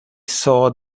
saw